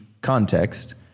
context